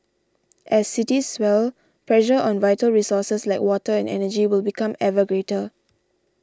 as cities swell pressure on vital resources like water and energy will become ever greater